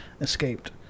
escaped